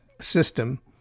system